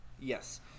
yes